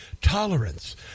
tolerance